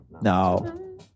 No